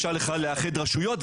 ואפשר לאחד רשויות,